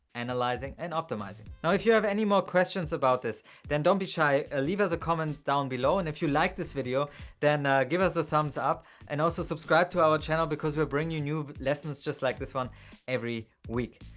analyzing and optimizing. now if you have any more questions about this then don't be shy ah leave us a comment down below. and if you like this video then give us a thumbs up and also subscribe to our channel because we're bringing you news lessons just like this one every week.